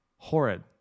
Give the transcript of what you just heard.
Horrid